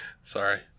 Sorry